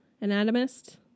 anatomist